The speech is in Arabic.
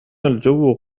الجو